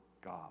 God